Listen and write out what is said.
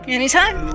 Anytime